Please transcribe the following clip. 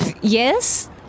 Yes